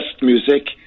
music